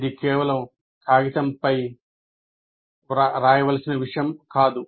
ఇది కేవలం కాగితంపై రాయవలసిన విషయం కాదు